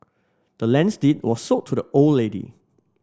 the land's deed was sold to the old lady